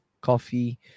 coffee